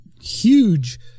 huge